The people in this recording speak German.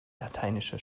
lateinische